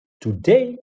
today